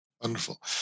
Wonderful